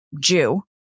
Jew